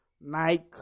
Nike